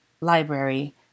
library